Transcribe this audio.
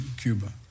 Cuba